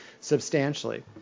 substantially